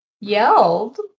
Yelled